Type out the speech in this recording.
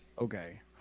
Okay